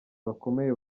bakomeye